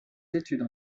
études